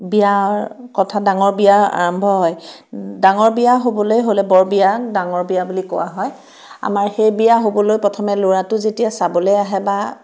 বিয়াৰ কথা ডাঙৰ বিয়া আৰম্ভ হয় ডাঙৰ বিয়া হ'বলৈ হ'লে বৰ বিয়াক ডাঙৰ বিয়া বুলি কোৱা হয় আমাৰ সেই বিয়া হ'বলৈ প্ৰথমে ল'ৰাটো যেতিয়া চাবলৈ আহে বা